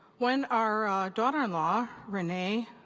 when our daughter-in-law, renee,